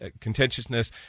contentiousness